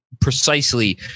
precisely